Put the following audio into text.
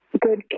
good